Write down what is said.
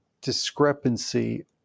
discrepancy